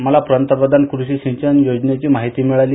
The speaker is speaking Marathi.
मला पंतप्रधान कृषी सिंचन योजनेची माहिती मिळाली